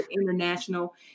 international